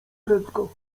prędko